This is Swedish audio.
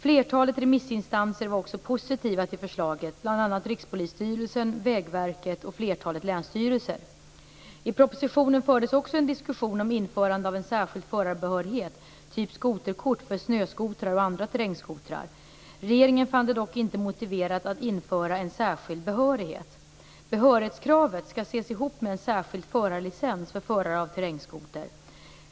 Flertalet remissinstanser var också positiva till förslaget, bl.a. Rikspolisstyrelsen, Vägverket och flertalet länsstyrelser. I propositionen fördes också en diskussion om införande av en särskild förarbehörighet, t.ex. skoterkort, för snöskotrar och andra terrängskotrar. Regeringen fann det dock inte motiverat att införa en särskild behörighet. Behörighetskravet skall ses ihop med en särskild förarlicens för förare av terrängskoter.